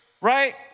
right